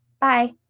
Bye